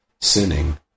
sinning